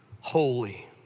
holy